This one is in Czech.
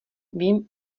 vím